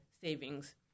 savings